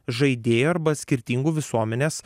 žaidėjų arba skirtingų visuomenės